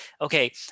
okay